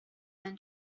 man